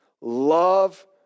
Love